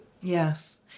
yes